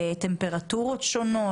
בטמפרטורות שונות,